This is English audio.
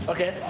Okay